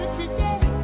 today